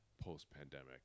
post-pandemic